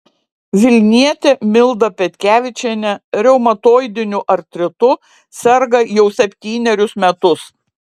vilnietė milda petkevičienė reumatoidiniu artritu serga jau septynerius metus